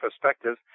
perspective